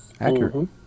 Accurate